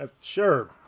Sure